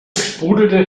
sprudelte